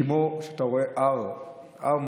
כמו שאתה רואה הר מרשים,